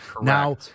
Now